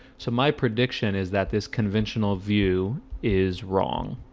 so my prediction is that this conventional view is wrong